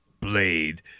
Blade